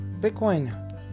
bitcoin